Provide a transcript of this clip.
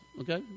Okay